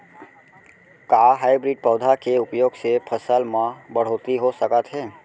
का हाइब्रिड पौधा के उपयोग से फसल म बढ़होत्तरी हो सकत हे?